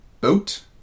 boat